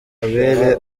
abere